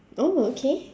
oh okay